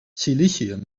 silicium